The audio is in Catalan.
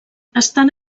estant